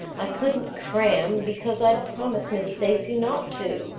i couldn't cram because i'd promised miss stacy not to,